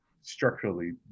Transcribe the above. structurally